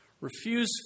refuse